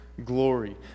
Glory